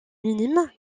minime